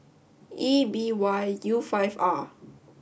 E B Y U five R